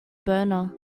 boner